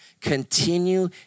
Continue